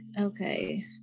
Okay